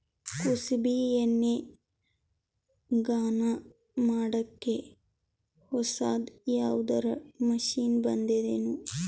ಕುಸುಬಿ ಎಣ್ಣೆ ಗಾಣಾ ಮಾಡಕ್ಕೆ ಹೊಸಾದ ಯಾವುದರ ಮಷಿನ್ ಬಂದದೆನು?